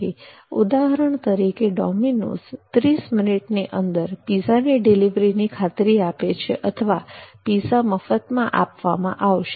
ઊદાહરણ તરીકે ડોમિનોઝ 30 મિનિટની અંદર પીઝાની ડિલિવરીની ખાતરી આપે છે અથવા પીઝા મફતમાં આપવામાં આવશે